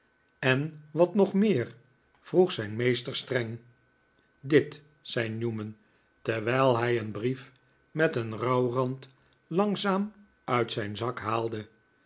en wat nog meer vroeg zijn meester streng dit zei newman terwijl hij een brief met een rouwrand langzaam uit zijn zak haalde